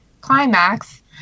climax